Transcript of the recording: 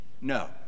No